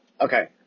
Okay